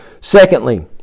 Secondly